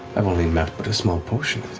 i've only mapped but a small portion of